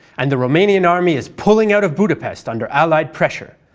and the romanian army is pulling out of budapest under allied pressure.